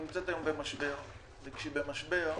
נמצאת היום במשבר וכשהיא במשבר,